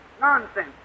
Nonsense